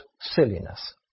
silliness